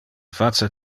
face